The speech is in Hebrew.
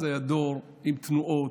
אז היה דור עם תנועות,